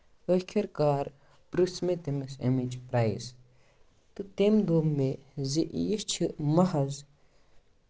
آخِر کار پُرٛژھ مےٚ تٔمِس اَمِچ پرٛایِس تہٕ تٔمۍ دوٚپ مےٚ زِ یہِ چھُ محض